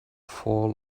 fall